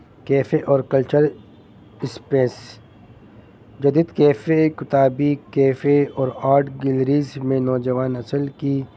cafe اور cultural space جدید cafe کتابی کیفے اور آرٹ گیلریز میں نوجوان نسل کی